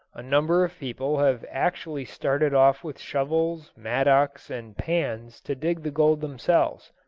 a number of people have actually started off with shovels, mattocks, and pans to dig the gold themselves.